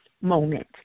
moment